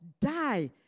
Die